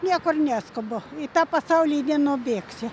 niekur neskubu į tą pasaulį nenubėgsi